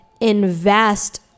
invest